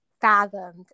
fathomed